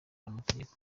n’amategeko